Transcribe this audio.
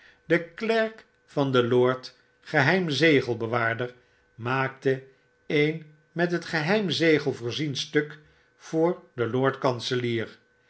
de klerk van den lord geheim zegelbewaarder maakte een met het geheim zegel voorzien stuk voor den lord kanselier